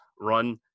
run –